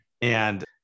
And-